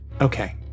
Okay